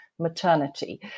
maternity